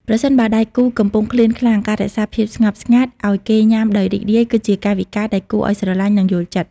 ប្រសិនបើដៃគូកំពុងឃ្លានខ្លាំង ការរក្សាភាពស្ងប់ស្ងាត់ឱ្យគេញ៉ាំដោយរីករាយ គឺជាកាយវិការដែលគួរឱ្យស្រឡាញ់ និងយល់ចិត្ត។